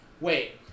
Wait